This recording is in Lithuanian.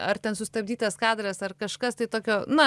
ar ten sustabdytas kadras ar kažkas tai tokio na